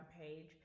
page